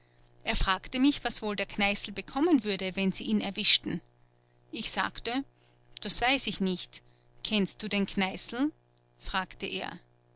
er fragte mich was wohl der kneißl bekommen würde wenn sie ihn erwischten ich sagte das weiß ich nicht kennst du den kneißl fragte er